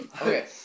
Okay